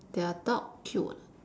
their dog cute